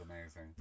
amazing